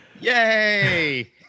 Yay